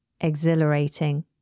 Exhilarating